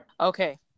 okay